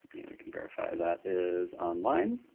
and can verify that is online.